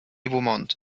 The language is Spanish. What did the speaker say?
beaumont